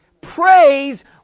Praise